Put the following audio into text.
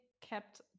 kept